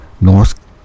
North